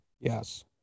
Yes